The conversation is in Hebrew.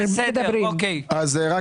מקבלים סיוע